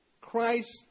Christ